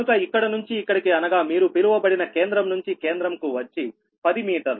కనుక ఇక్కడి నుంచి ఇక్కడికి అనగా మీరు పిలువబడిన కేంద్రం నుంచి కేంద్రం కు వచ్చి పది మీటర్లు